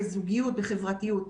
בזוגיות בחברתיות.